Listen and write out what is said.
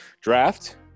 draft